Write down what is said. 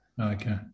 Okay